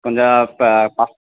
கொஞ்சம் ப பா